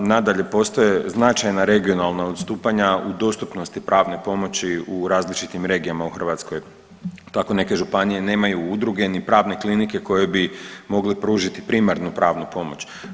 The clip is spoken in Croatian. Nadalje, postoje značajna regionalna odstupanja u dostupnosti pravne pomoći u različitim regijama u Hrvatskoj, tako neke županije nemaju udruge ni pravne klinike koje bi mogle pružiti primarnu pravnu pomoć.